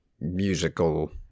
musical